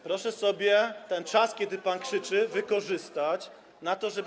proszę sobie ten czas, kiedy pan krzyczy, wykorzystać na to, żeby.